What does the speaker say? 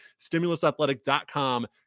Stimulusathletic.com